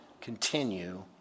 continue